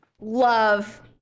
love